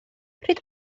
pryd